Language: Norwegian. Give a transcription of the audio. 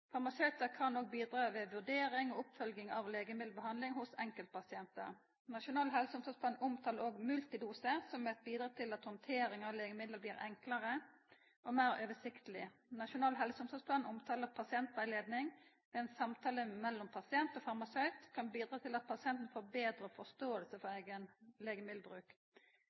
kan òg bidra ved vurdering og oppfølging av legemiddelbehandling hos enkeltpasientar. Nasjonal helse- og omsorgsplan omtalar også multidose, som eit bidrag til at handtering av legemiddel blir enklare og meir oversiktleg. Nasjonal helse- og omsorgsplan omtalar at pasientrettleiing, ein samtale mellom pasient og farmasøyt, kan bidra til at pasienten får betre forståing for eigen legemiddelbruk.